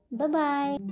Bye-bye